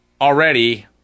already